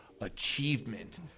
achievement